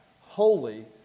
holy